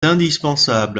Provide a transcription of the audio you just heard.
indispensable